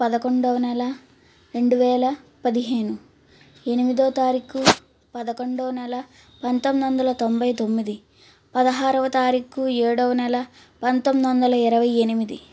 పదకొండవ నెల రెండువేల పదిహేను ఎనిమిదవ తారీఖు పదకొండవ నెల పంతొమ్మిది వందల తొంభై తొమ్మిది పదహారవ తారీఖు ఏడవ నెల పంతొమ్మిది వందల ఇరవై ఎనిమిది